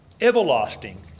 everlasting